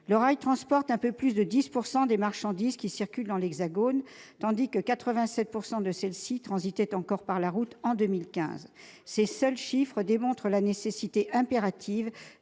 Le rail transporte un peu plus de 10 % des marchandises qui circulent dans l'Hexagone, tandis que 87 % de celles-ci transitaient encore par la route en 2015. Ces seuls chiffres démontrent la nécessité impérative